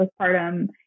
postpartum